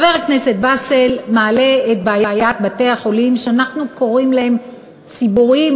חבר הכנסת באסל מעלה את בעיית בתי-החולים שאנחנו קוראים להם ציבוריים,